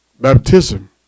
baptism